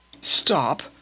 Stop